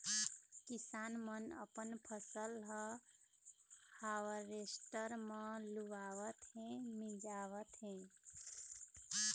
किसान मन अपन फसल ह हावरेस्टर म लुवावत हे, मिंजावत हे